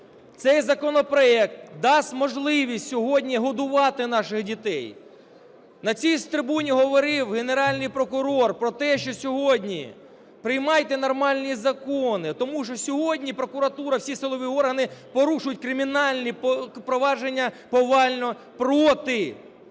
Цей законопроект дасть можливість сьогодні годувати наших дітей. На цій трибуні говорив Генеральний прокурор про те, що сьогодні приймати нормальні закони, тому що сьогодні прокуратура, всі силові органи порушують кримінальні провадження повально проти